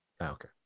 Okay